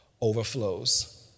overflows